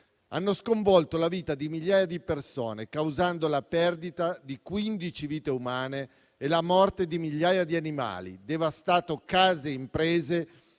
hanno sconvolto la vita di migliaia di persone, causando la perdita di 15 vite umane e la morte di migliaia di animali, devastato case e imprese,